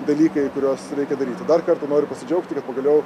dalykai kuriuos reikia daryti dar kartą noriu pasidžiaugti kad pagaliau